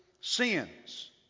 sins